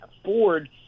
afford